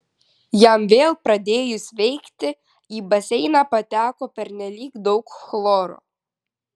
jam vėl pradėjus veikti į baseiną pateko pernelyg daug chloro